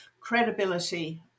credibility